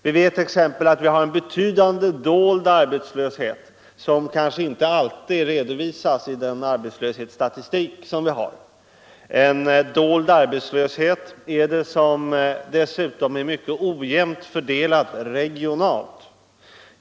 Vi vet t.ex. att det finns en betydande dold arbetslöshet, som inte alltid redovisas i arbetslöshetsstatistiken — en dold arbetslöshet som dessutom är mycket ojämnt fördelad regionalt.